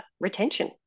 retention